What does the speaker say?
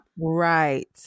Right